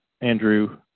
Andrew